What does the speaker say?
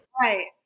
right